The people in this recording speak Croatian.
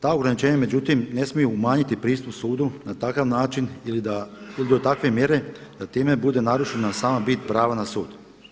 Ta ograničenja međutim ne smiju umanjiti pristup sudu na takav način ili do takve mjere da time bude narušena sama bit prava na sud.